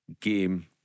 game